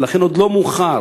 ולכן, עוד לא מאוחר,